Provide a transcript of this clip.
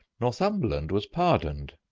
northumberland was pardoned,